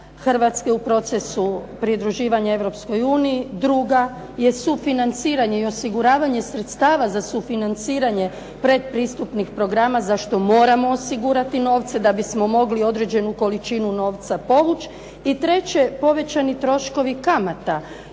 Hrvatske u procesu pridruživanja Europskoj uniji. Druga je sufinanciranje i osiguravanje sredstava za sufinanciranje pretpristupnih programa za što moramo osigurati novce da bismo mogli određenu količinu novca povući. I treće povećani troškovi kamata.